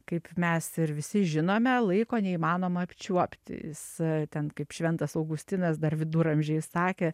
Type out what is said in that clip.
kaip mes ir visi žinome laiko neįmanoma apčiuopti jis ten kaip šventas augustinas dar viduramžiais sakė